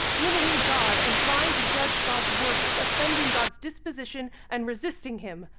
limiting god and trying to judge god's work is offending god's disposition and resisting him.